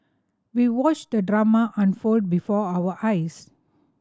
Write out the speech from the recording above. we watched the drama unfold before our eyes